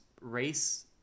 race